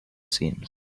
seams